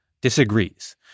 disagrees